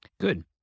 Good